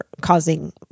causing